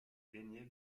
baigné